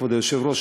כבוד היושב-ראש,